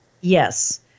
Yes